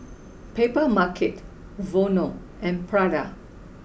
Papermarket Vono and Prada